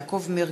יעקב מרגי,